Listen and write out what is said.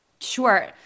Sure